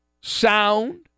sound